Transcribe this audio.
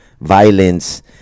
violence